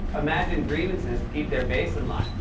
imagined grievances to keep their base in line.